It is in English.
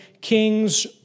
kings